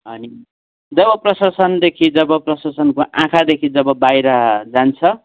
अनि जब प्रशासनदेखि जब प्रशासनको आँखादेखि जब बाहिर जान्छ